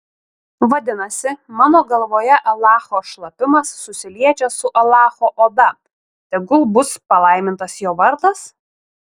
vadinasi mano galvoje alacho šlapimas susiliečia su alacho oda tegul bus palaimintas jo vardas